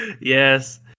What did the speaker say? Yes